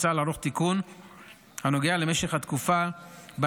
מוצע לערוך תיקון הנוגע למשך התקופה שבה